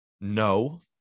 No